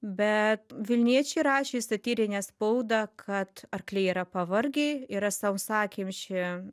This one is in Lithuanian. bet vilniečiai rašė satyrinę spaudą kad arkliai yra pavargę yra sausakimši